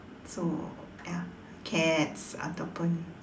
so ya cats ataupun